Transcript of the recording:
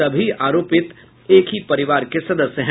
सभी आरोपित एक ही परिवार के सदस्य हैं